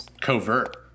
covert